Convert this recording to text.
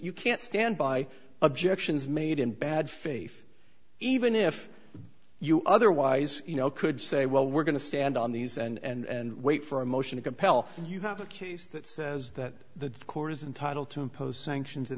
you can't stand by objections made in bad faith even if you otherwise you know could say well we're going to stand on these and wait for a motion to compel you have a case that says that the court is entitle to impose sanctions in